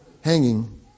hanging